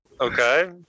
Okay